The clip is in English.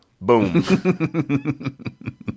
Boom